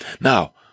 Now